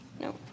No